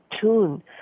tune